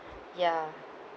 ya